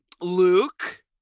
Luke